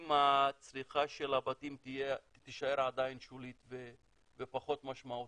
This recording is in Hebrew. אם הצריכה של הבתים תישאר עדיין שולית ופחות משמעותית.